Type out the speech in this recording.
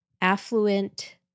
affluent